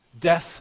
death